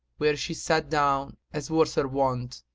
where she sat down as was her wont,